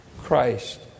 Christ